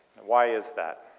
why is that?